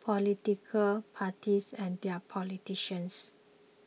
political parties and their politicians